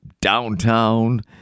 downtown